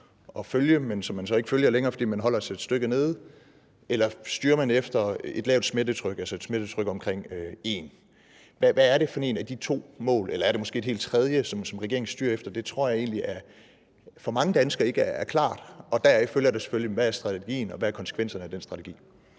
at følge, men som man så ikke følger længere, fordi den holder sig et stykke nede? Eller styrer man efter et lavt smittetryk, altså et smittetryk på omkring 1? Hvad er det for et af de to mål, eller er det måske et helt tredje, som regeringen styrer efter? Det tror jeg egentlig ikke er klart for mange danskere. Og deraf følger der selvfølgelig spørgsmål om, hvad strategien er, og hvad konsekvenserne af den strategi